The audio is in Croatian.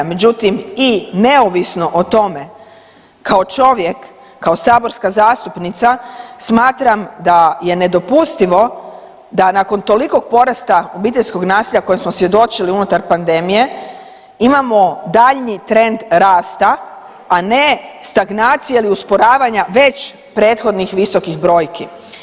Međutim, i neovisno o tome kao čovjek, kao saborska zastupnica smatram da je nedopustivo da nakon tolikog porasta obiteljskog nasilja koje smo svjedočili unutar pandemije imamo daljnji trend raste, a ne stagnacije ili usporavanja već prethodnih visokih brojki.